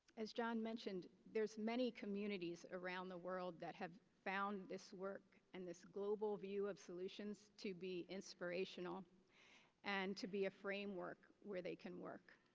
as john mentioned, there's many communities around the world that have found this work and this global view of solutions to be inspirational and to be a framework where they can work.